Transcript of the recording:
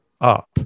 up